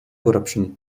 corruption